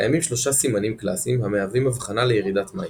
קיימים שלושה סימנים קלאסיים המהווים אבחנה לירידת מים